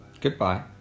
goodbye